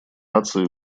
наций